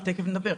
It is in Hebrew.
תיכף אני אדבר.